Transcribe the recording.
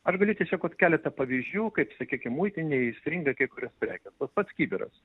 aš galiu tiesiog vat keletą pavyzdžių kaip sakykim muitinėj įstringa kai kurios prekės tas pats kibiras